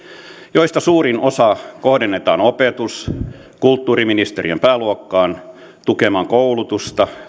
joista suurin osa kohdennetaan opetus ja kulttuuriministeriön pääluokkaan tukemaan koulutusta